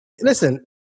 Listen